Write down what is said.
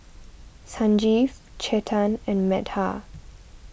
Sanjeev Chetan and Medha